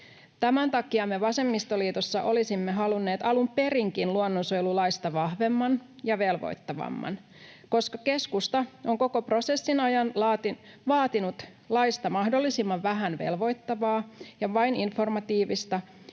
Tämän takia me vasemmistoliitossa olisimme halunneet alun perinkin luonnonsuojelulaista vahvemman ja velvoittavamman. Koska keskusta on koko prosessin ajan vaatinut laista mahdollisimman vähän velvoittavaa ja vain informatiivista,